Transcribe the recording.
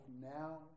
now